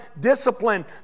discipline